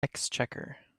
exchequer